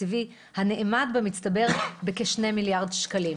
תקציבי הנאמד במצטבר בכשני מיליארד שקלים.